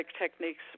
techniques